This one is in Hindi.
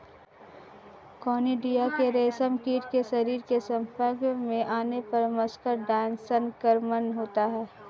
कोनिडिया के रेशमकीट के शरीर के संपर्क में आने पर मस्करडाइन संक्रमण होता है